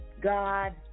God